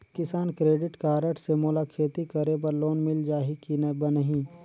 किसान credit card से मोला खेती करे बर लोन मिल जाहि की बनही??